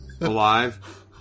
alive